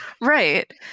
right